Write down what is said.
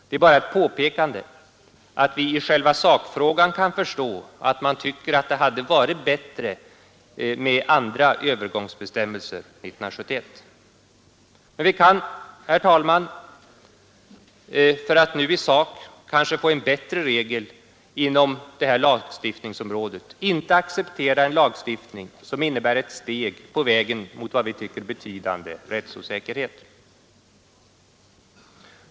Det är bara ett påpekande att vi i själva sakfrågan kan förstå, att man tycker att det hade varit bättre med andra övergångsbestämmelser 1971. Men vi kan, herr talman, för att nu i sak kanske få en bättre regel inom detta lagstiftningsområde inte acceptera en lagstiftning, som innebär ett steg på vägen mot vad vi kallar betydande rättsosäkerhet.